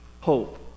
hope